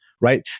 Right